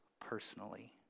personally